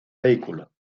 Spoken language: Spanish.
vehículo